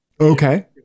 Okay